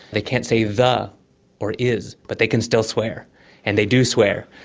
they can't say the or is but they can still swear and they do swear,